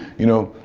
you know,